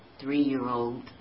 three-year-old